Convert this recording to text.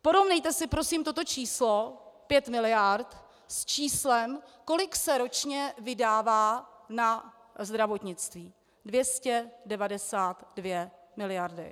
Porovnejte si prosím toto číslo 5 miliard s číslem, kolik se ročně vydává na zdravotnictví 292 miliardy.